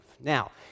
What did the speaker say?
Now